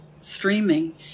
streaming